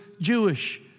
Jewish